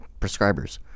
prescribers